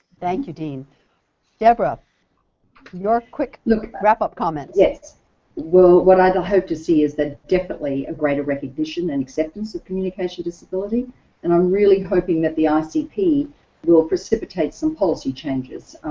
thank you dean deborah nor quick look wrap-up comment yet will when i the hope to see is that definitely greater recognition and acceptance communication disability and i'm really hoping that the icp will precipitate some policy changes